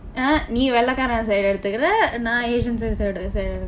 eh நீ வெள்ளைக்காரன்:nii veellaikkaaran side எடுத்துகிற நான்:eduthikira naan asian side side eh